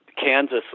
Kansas